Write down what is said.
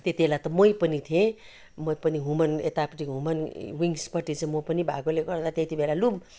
त्यति बेला त मै पनि थिएँ म पनि वुमन यतापट्टि वुमन विङ्सपट्टि चाहिँ म पनि भएकोले गर्दा त्यति बेला लु